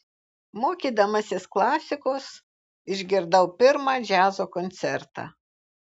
mokydamasis klasikos išgirdau pirmą džiazo koncertą